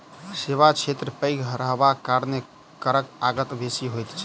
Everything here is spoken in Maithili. सेवा क्षेत्र पैघ रहबाक कारणेँ करक आगत बेसी होइत छै